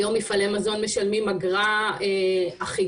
היום מפעלי מזון משלמים אגרה אחידה,